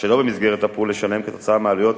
שלא במסגרת "הפול" לשלם עקב עלויות